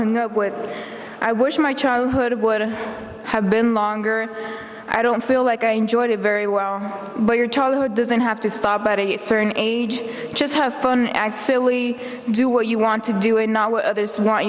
d i wish my childhood would have been longer i don't feel like i enjoyed it very well but your childhood doesn't have to stop at a certain age just have fun actually do what you want to do and not others what